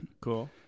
Cool